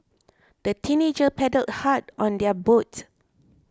the teenagers paddled hard on their boat